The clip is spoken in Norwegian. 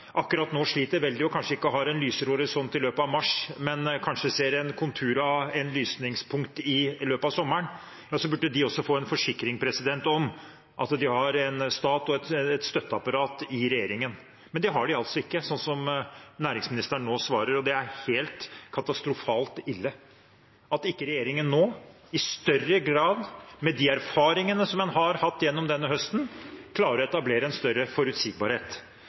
akkurat nå sliter veldig og kanskje ikke har en lysere horisont i løpet av mars, men kanskje ser konturene av et lysningspunkt i løpet av sommeren, burde de også få en forsikring om at de har en stat og et støtteapparat i regjeringen. Men det har de altså ikke, slik næringsministeren nå svarer. Det er helt katastrofalt ille at ikke regjeringen nå i større grad, med de erfaringene en har hatt gjennom denne høsten, klarer å etablere en større forutsigbarhet.